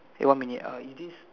eh one minute uh is this